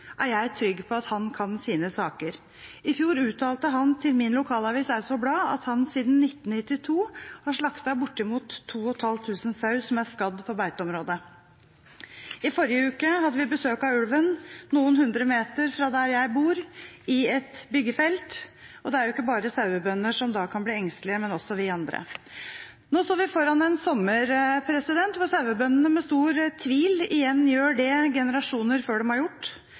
er jeg trygg på at han kan sine saker. I fjor uttalte han til min lokalavis Eidsvoll Ullensaker Blad at han siden 1992 har slaktet bortimot 2 500 sauer som er skadd på beiteområde. I forrige uke hadde vi besøk av ulven noen hundre meter fra der jeg bor i et byggefelt, og det er ikke bare sauebønder som da kan bli engstelige, men også vi andre. Nå står vi foran en sommer hvor sauebøndene med stor tvil igjen gjør det generasjoner før dem har gjort: